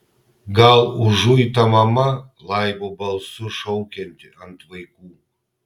gal užuita mama laibu balsu šaukianti ant vaikų